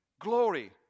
glory